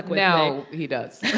now he does